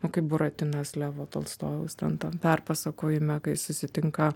o kaip buratinas levo tolstojaus ten tam perpasakojime kai susitinka